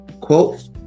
quote